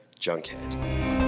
Junkhead